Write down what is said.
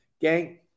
gang